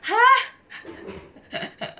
!huh!